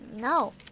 No